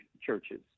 churches